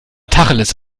tacheles